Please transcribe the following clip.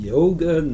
Yoga